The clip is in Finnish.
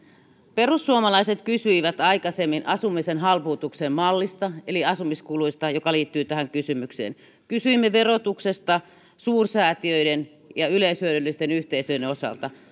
perussuomalaiset kysyivät aikaisemmin asumisen halpuutuksen mallista eli asumiskuluista joka liittyi tähän kysymykseen kysyimme verotuksesta suursäätiöiden ja yleishyödyllisten yhteisöjen osalta